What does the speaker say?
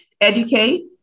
educate